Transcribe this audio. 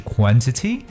Quantity